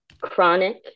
chronic